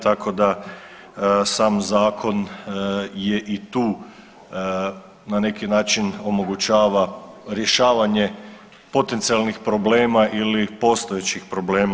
Tako da sam zakon je i tu na neki način omogućava rješavanje potencijalnih problema ili postojećih problema.